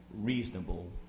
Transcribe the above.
reasonable